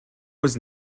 was